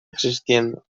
existiendo